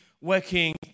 working